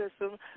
system